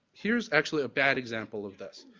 here's actually a bad example of this.